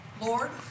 Lord